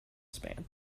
span